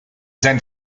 sein